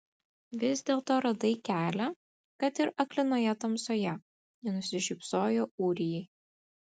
vis dėlto radai kelią kad ir aklinoje tamsoje ji nusišypsojo ūrijai